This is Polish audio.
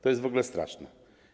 To jest w ogóle straszne.